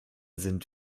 sind